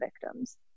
victims